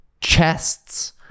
chests